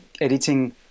editing